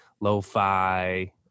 lo-fi